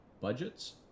budgets